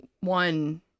one